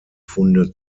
funde